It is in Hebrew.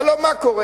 הלוא מה קורה?